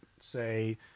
say